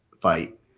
fight